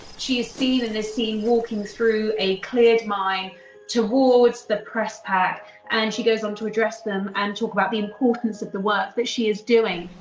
she is seen in this scene walking through a cleared mine towards the press pack and she goes on to address them and talk about the importance of the work that she is doing.